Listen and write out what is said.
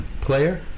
player